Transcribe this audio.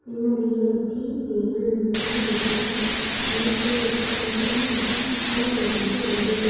என்னுடைய ஜீபேயில் பணம் இருப்பது எனக்கு மிகவும் பயனுள்ளதாக உள்ளது